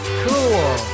cool